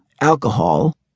alcohol